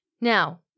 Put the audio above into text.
Now